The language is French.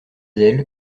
elle